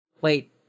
Wait